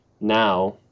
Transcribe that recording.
now